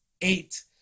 eight